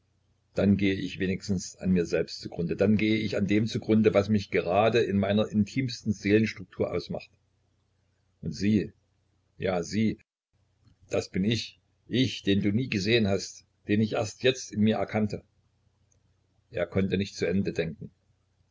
dann geh ich wenigstens an mir selbst zu grunde dann geh ich an dem zu grunde was mich grade in meiner intimsten seelenstruktur ausmacht und sie ja sie das bin ich ich den du nie gesehen hast den ich erst jetzt in mir erkannte er konnte nicht zu ende denken